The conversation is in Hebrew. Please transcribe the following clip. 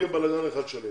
יהיה בלגאן אחד שלם.